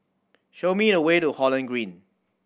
show me the way to Holland Green